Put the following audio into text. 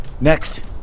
Next